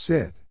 Sit